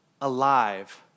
alive